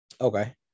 Okay